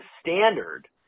standard